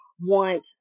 want